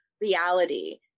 reality